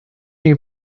new